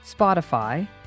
Spotify